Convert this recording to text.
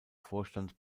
vorstand